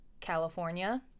California